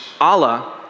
Allah